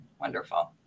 Wonderful